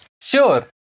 Sure